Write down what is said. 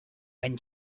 when